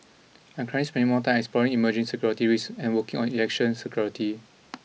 I'm currently spending more time exploring emerging security risks and working on election security